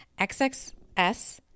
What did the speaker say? XXS